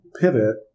pivot